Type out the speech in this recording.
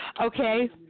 Okay